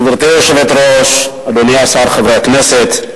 גברתי היושבת-ראש, אדוני השר, חברי הכנסת,